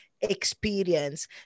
experience